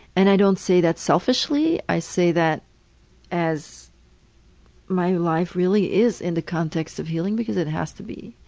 and i don't say that selfishly. i say that as my life really is in the context of healing because it has to be.